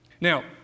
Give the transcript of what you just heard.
Now